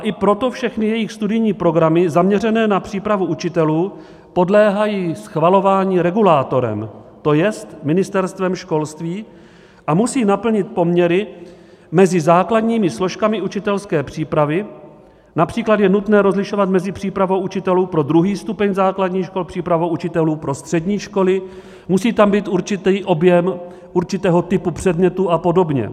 I proto všechny jejich studijní programy zaměřené na přípravu učitelů podléhají schvalování regulátorem, to jest Ministerstvem školství, a musí naplnit poměry mezi základními složkami učitelské přípravy například je nutné rozlišovat mezi přípravou učitelů pro druhý stupeň základních škol, přípravou učitelů pro střední školy, musí tam být určitý objem určitého typu předmětů a podobně.